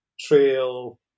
trail